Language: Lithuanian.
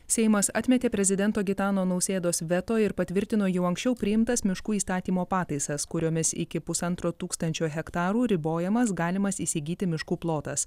seimas atmetė prezidento gitano nausėdos veto ir patvirtino jau anksčiau priimtas miškų įstatymo pataisas kuriomis iki pusantro tūkstančio hektarų ribojamas galimas įsigyti miškų plotas